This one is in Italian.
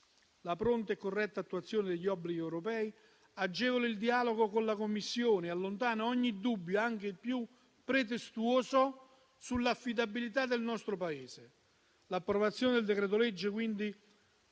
La pronta e corretta attuazione degli obblighi europei agevola il dialogo con la Commissione ed allontana ogni dubbio, anche il più pretestuoso, sull'affidabilità del nostro Paese. L'approvazione del decreto-legge, quindi,